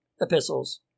epistles